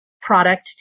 product